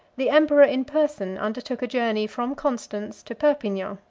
the emperor in person undertook a journey from constance to perpignan.